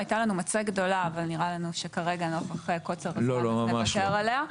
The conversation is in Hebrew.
הייתה לנו מצגת גדולה אבל נראה לנו שכרגע נוכח קוצר הזמן אז נוותר עליה.